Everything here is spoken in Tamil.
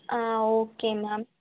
ah okay ma'am